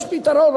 יש פתרון,